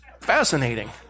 fascinating